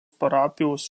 parapijos